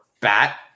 bat